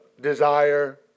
desire